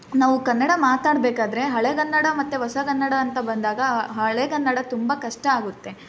ನಾವು ಕನ್ನಡ ಮಾತಾಡ್ಬೇಕಾದ್ರೆ ಹಳೆಗನ್ನಡ ಮತ್ತು ಹೊಸಗನ್ನಡ ಅಂತ ಬಂದಾಗ ಹಳೆಗನ್ನಡ ತುಂಬ ಕಷ್ಟ ಆಗುತ್ತೆ